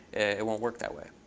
it won't work that way.